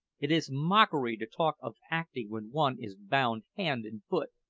it is mockery to talk of acting when one is bound hand and foot.